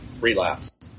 relapse